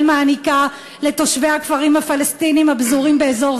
מעניקה לתושבי הכפרים הפלסטיניים הפזורים באזור